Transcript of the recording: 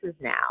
now